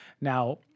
Now